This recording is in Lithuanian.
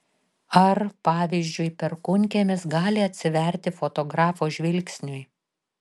ar pavyzdžiui perkūnkiemis gali atsiverti fotografo žvilgsniui